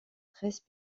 treize